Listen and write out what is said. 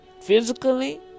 physically